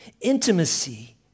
Intimacy